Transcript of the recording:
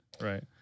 right